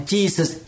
Jesus